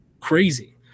crazy